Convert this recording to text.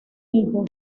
hijo